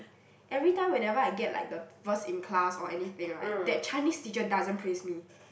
every time whenever I get like the first in class or anything right that Chinese teacher doesn't praise me